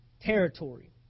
territory